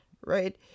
Right